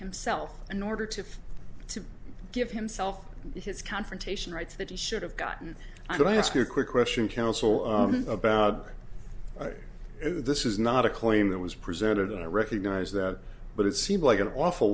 himself in order to to give himself his confrontation rights that he should have gotten i don't ask you a quick question counsel about this is not a claim that was presented and i recognize that but it seemed like an awful